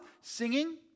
Singing